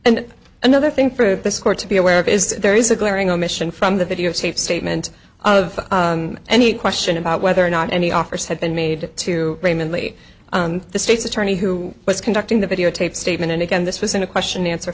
and another thing for this court to be aware of is that there is a glaring omission from the videotaped statement of any question about whether or not any offers had been made to raymond lee the state's attorney who was conducting the videotaped statement and again this was in a question